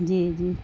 جی جی